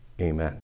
Amen